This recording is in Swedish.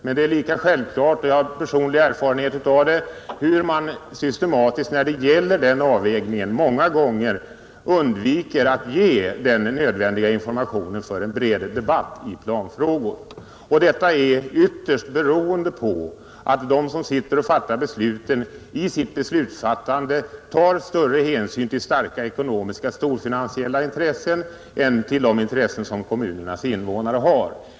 Men det är lika uppenbart — och jag har personlig erfarenhet av det — att man när det gäller den avvägningen många gånger systematiskt undviker att ge medborgarna den nödvändiga informationen för en bred debatt i planfrågor. Detta är ytterst beroende på att de som sitter och fattar besluten i sitt beslutsfattande tar större hänsyn till starka ekonomiska storfinansiella intressen än till de intressen som kommunernas invånare har.